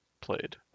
played